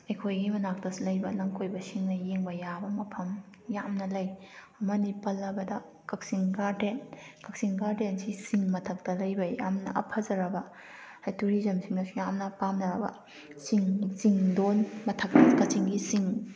ꯑꯩꯈꯣꯏꯒꯤ ꯃꯅꯥꯛꯇꯁꯨ ꯂꯩꯕ ꯂꯝꯀꯣꯏꯕꯁꯤꯡꯅ ꯌꯦꯡꯕ ꯌꯥꯕ ꯃꯐꯝ ꯌꯥꯝꯅ ꯂꯩ ꯑꯃꯅꯤ ꯄꯜꯂꯕꯗ ꯀꯛꯆꯤꯡ ꯒꯥꯔꯗꯦꯟ ꯀꯛꯆꯤꯡ ꯒꯥꯔꯗꯦꯟꯁꯤ ꯆꯤꯡ ꯃꯊꯛꯇ ꯂꯩꯕ ꯌꯥꯝꯅ ꯐꯖꯔꯕ ꯍꯥꯏꯗꯤ ꯇꯨꯔꯤꯖꯝꯁꯤꯡꯅꯁꯨ ꯌꯥꯝꯅ ꯄꯥꯝꯅꯔꯕ ꯆꯤꯡ ꯆꯤꯡꯗꯣꯟ ꯃꯊꯛ ꯀꯛꯆꯤꯡꯒꯤ ꯆꯤꯡ